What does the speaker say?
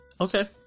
Okay